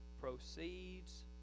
proceeds